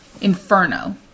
Inferno